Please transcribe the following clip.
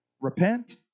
repent